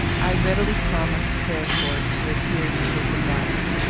i readily promised, therefore, to adhere to his advice.